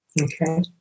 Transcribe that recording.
Okay